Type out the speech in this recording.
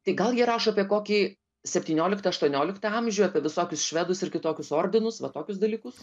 tai gal jie rašo apie kokį septynioliktą aštuonioliktą amžių apie visokius švedus ir kitokius ordinus va tokius dalykus